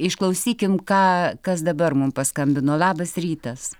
išklausykim ką kas dabar mum paskambino labas rytas